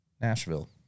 Nashville